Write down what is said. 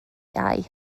eye